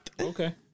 Okay